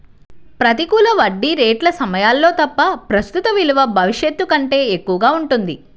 ప్రతికూల వడ్డీ రేట్ల సమయాల్లో తప్ప, ప్రస్తుత విలువ భవిష్యత్తు కంటే ఎక్కువగా ఉంటుంది